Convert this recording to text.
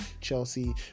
Chelsea